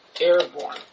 airborne